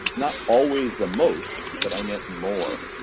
not always the most but i meant more.